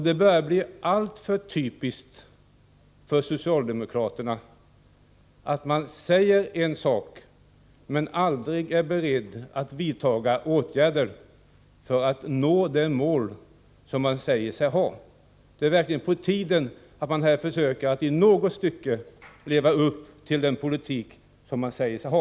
Det börjar bli alltför typiskt för socialdemokraterna att man säger en sak men aldrig är beredd att vidta åtgärder för att nå det mål som man säger sig ha. Det är verkligen på tiden att man försöker att i något stycke leva upp till den politik man säger sig ha.